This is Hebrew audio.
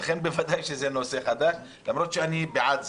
ולכן בוודאי שזה נושא חדש, למרות שאני בעד זה.